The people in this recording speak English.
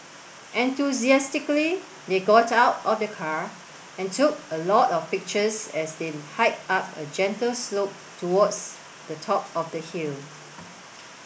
enthusiastically they got out of the car and took a lot of pictures as they hiked up a gentle slope towards the top of the hill